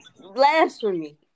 blasphemy